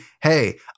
Hey